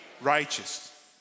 righteous